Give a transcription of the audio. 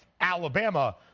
Alabama